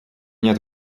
нет